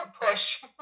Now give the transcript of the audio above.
push